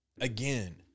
Again